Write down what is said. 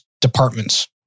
departments